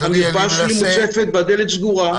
המרפאה שלי מוצפת והדלת סגורה.